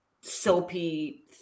soapy